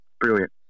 Brilliant